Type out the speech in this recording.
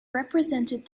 represented